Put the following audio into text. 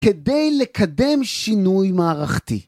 ‫כדי לקדם שינוי מערכתי.